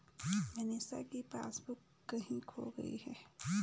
मनीष की पासबुक कहीं खो गई है